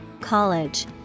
college